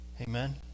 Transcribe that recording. Amen